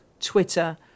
Twitter